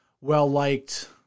well-liked